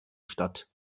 statt